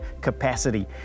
capacity